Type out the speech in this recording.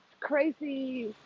Crazy